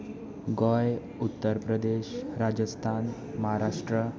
Goa Uttar Pradesh Rajasthan Maharashtra